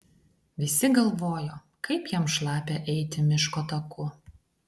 visi galvojo kaip jam šlapia eiti miško taku